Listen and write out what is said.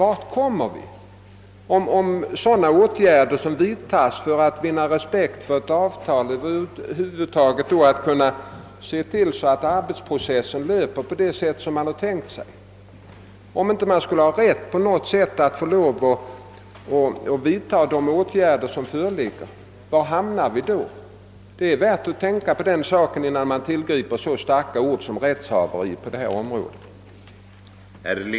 Men var skulle vi hamna, om det inte vore möjligt att vidtaga åtgärder för att vinna respekt för ett avtal och se till att arbetsprocessen löper så som avsetts? Det är värt att tänka över den saken, innan man i detta fall tillgriper ett så starkt ord som rättshaveri.